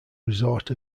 resort